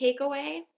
takeaway